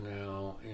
now